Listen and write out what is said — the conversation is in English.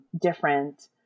different